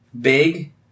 big